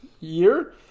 year